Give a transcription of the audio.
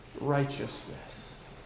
righteousness